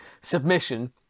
submission